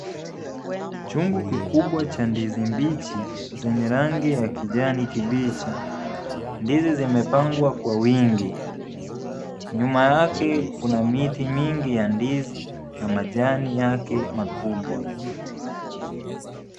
Chungu kikubwa cha ndizi mbichi zenye rangi ya kijani kibichi. Ndizi zimepangwa kwa wingi. Nyuma yake kuna miti mingi ya ndizi na majani yake makubwa.